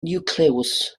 niwclews